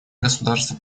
государства